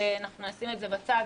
נשים את זה בצד,